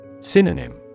Synonym